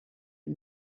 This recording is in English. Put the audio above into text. and